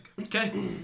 Okay